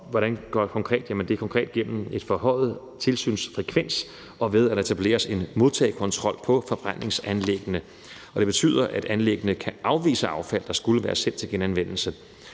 Hvordan gør man det konkret? Det gør man gennem en forhøjet tilsynsfrekvens og ved, at der etableres en modtagekontrol på forbrændingsanlæggene. Og det betyder, at anlæggene kan afvise affald, der skulle være sendt til genanvendelse.